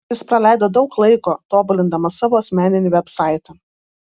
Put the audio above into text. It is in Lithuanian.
jis praleido daug laiko tobulindamas savo asmeninį vebsaitą